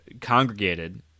congregated